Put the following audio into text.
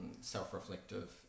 self-reflective